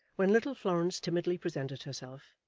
when little florence timidly presented herself,